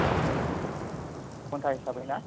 औ औ औ घन्टा हिसाबै ना